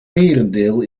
merendeel